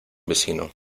vecino